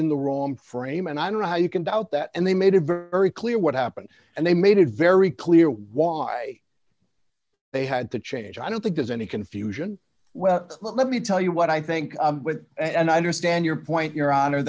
in the wrong frame and i don't know how you can doubt that and they made a very very clear what happened and they made it very clear why they had to change i don't think there's any confusion well let me tell you what i think and i understand your point your honor